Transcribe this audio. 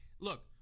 look